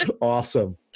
awesome